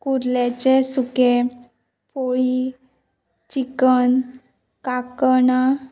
कुर्लेचे सुकें पोळी चिकन काकणां